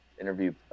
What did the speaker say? interview